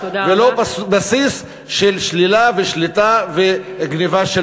ולא בסיס של שלילה ושליטה וגנבה של